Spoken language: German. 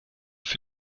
für